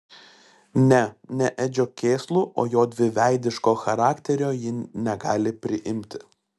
ne ne edžio kėslų o jo dviveidiško charakterio ji negali priimti